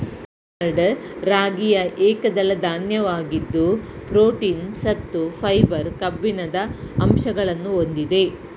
barnyard ರಾಗಿಯು ಏಕದಳ ಧಾನ್ಯವಾಗಿದ್ದು ಪ್ರೋಟೀನ್, ಸತ್ತು, ಫೈಬರ್, ಕಬ್ಬಿಣದ ಅಂಶಗಳನ್ನು ಹೊಂದಿದೆ